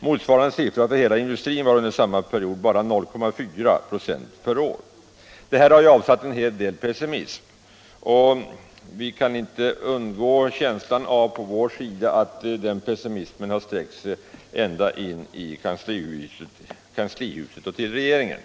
Motsvarande siffra för hela industrin var under samma period bara 0,4 96 per år. Det här har skapat en hel del pessimism, och på vår sida kan vi inte undgå känslan av att den pessimismen har sträckt sig ända in i kanslihuset och till regeringen.